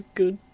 good